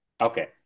Okay